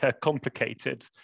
complicated